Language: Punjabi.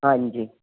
ਹਾਂਜੀ